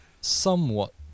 somewhat